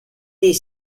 des